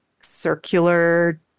circular